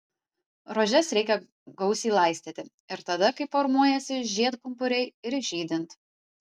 rožes reikia gausiai laistyti ir tada kai formuojasi žiedpumpuriai ir žydint